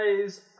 guys